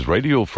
Radio